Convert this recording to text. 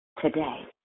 today